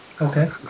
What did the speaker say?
Okay